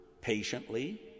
patiently